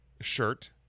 shirt